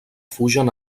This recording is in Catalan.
fugen